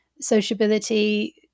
sociability